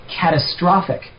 catastrophic